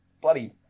bloody